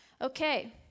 Okay